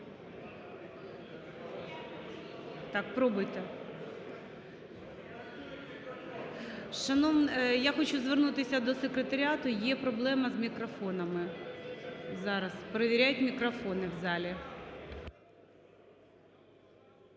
ласка. Пробуйте. Я хочу звернутися до секретаріату, є проблема з мікрофонами. Зараз, провіряють мікрофони в залі.